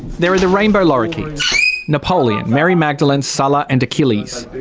there are the rainbow lorikeets napoleon, mary magdalene, salla and achilles.